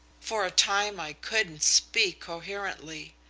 for a time i couldn't speak coherently.